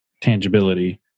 tangibility